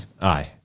aye